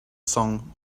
song